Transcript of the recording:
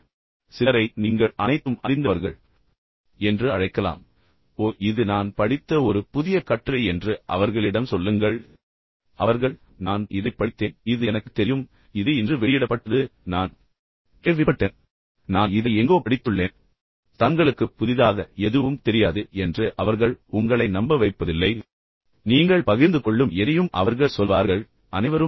மேலும் சிலரை நீங்கள் அனைத்தும் அறிந்தவர்கள் என்று அழைக்கலாம் ஓ இது நான் படித்த ஒரு புதிய கட்டுரை என்று அவர்களிடம் சொல்லுங்கள் அவர்கள் சொல்வார்கள் நான் இதைப் படித்தேன் இது எனக்குத் தெரியும் ஏய் இது இன்று வெளியிடப்பட்டது ஆம் ஆனால் நான் கேள்விப்பட்டேன் நான் இதை எங்கோ படித்துள்ளேன் தங்களுக்கு புதிதாக எதுவும் தெரியாது என்று அவர்கள் ஒருபோதும் உங்களை நம்ப வைப்பதில்லை நீங்கள் பகிர்ந்து கொள்ளும் எதையும் அவர்கள் சொல்வார்கள் எனக்குத் தெரியும் எனக்குத் தெரியும்